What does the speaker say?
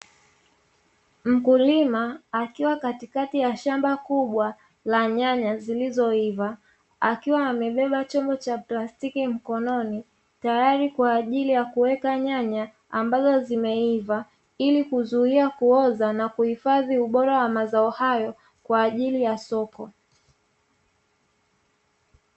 Mkulima akiwa katikati ya shamba kubwa la nyanya zilizoiva, akiwa amebeba chombo cha plastiki mkononi tayari kwa ajili ya kuweka nyanya zilizoiva; ili kuzuia kuoza na kuhifadhi ubora wa mazao hayo kwa ajili ya soko.